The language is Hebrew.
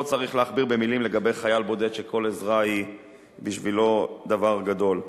לא צריך להכביר מלים לגבי חייל בודד שכל עזרה היא בשבילו דבר גדול.